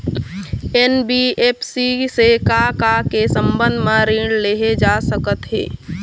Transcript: NBFC से का का के संबंध म ऋण लेहे जा सकत हे?